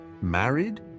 Married